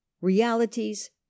realities